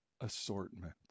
assortment